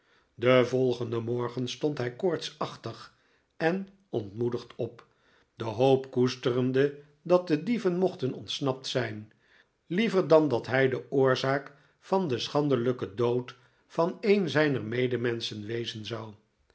den volgenden morgen stond hij koortsachtig en ontmoedigd op de hoop koesterende dat de dieven mochten ontsnapt zyn liever dan dat hij de oorzaak van den schandelijken dood van een zijner medemenschen wezen zou